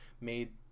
made